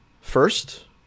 First